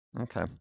Okay